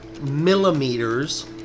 millimeters